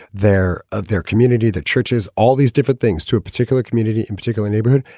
their of their community, the churches, all these different things to a particular community and particular neighborhood.